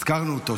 הזכרתי אותו,